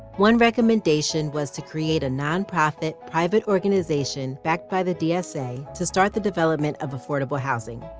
one recommendation was to create a nonprofit private organization backed by the dsa to start the development of affordable housing.